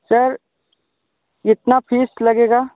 sir इतनी fees लगेगी